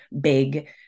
big